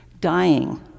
dying